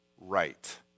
right